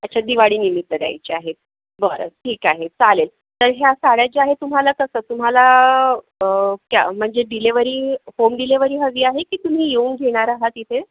अच्छा दिवाळीनिमित्त द्यायच्या आहेत बरं ठीक आहे चालेल तर ह्या साड्या ज्या आहे तुम्हाला कसं तुम्हाला त्या म्हणजे डिलेव्हरी होम डिलेव्हरी हवी आहे की तुम्ही येऊन घेणार आहात इथे